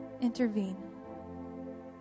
Intervene